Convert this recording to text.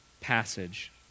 passage